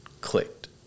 clicked